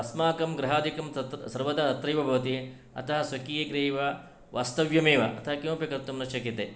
अस्माकं गृहादिकं तत्र सर्वदा अत्रैव भवति अतः स्वकीयगृहे वा वास्तव्यमेव अतः किमपि कर्तुं न शक्यते